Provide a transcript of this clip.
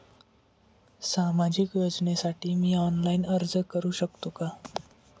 सामाजिक योजनेसाठी मी ऑनलाइन अर्ज करू शकतो का?